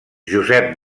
josep